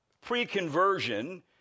pre-conversion